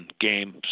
game